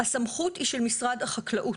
הסמכות היא של משרד החקלאות.